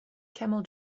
camel